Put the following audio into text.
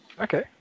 Okay